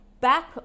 back